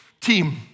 team